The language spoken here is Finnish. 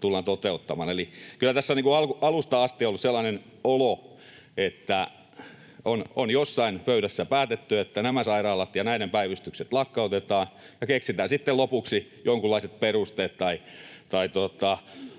tullaan toteuttamaan. Eli kyllä tässä alusta asti on ollut sellainen olo, että on jossain pöydässä päätetty, että nämä sairaalat ja näiden päivystykset lakkautetaan ja keksitään sitten lopuksi jonkunlaiset perusteet tai